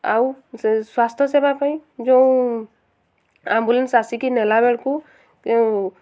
ଆଉ ସେ ସ୍ୱାସ୍ଥ୍ୟ ସେବା ପାଇଁ ଯୋଉଁ ଆମ୍ବୁଲାନ୍ସ ଆସିକି ନେଲା ବେଳକୁ